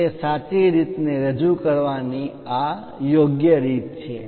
તો સાચી રીત ને રજૂ કરવાની આ યોગ્ય રીત છે